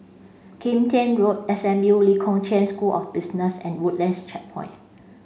Kim Tian Road S M U Lee Kong Chian School of Business and Woodlands Checkpoint